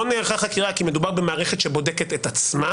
נערכה חקירה כי מדובר במערכת שבודקת את עצמה?